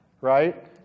Right